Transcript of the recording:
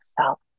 self